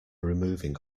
removing